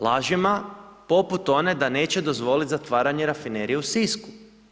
Lažima, poput one da neće dozvoliti zatvaranje rafinerije u Sisku.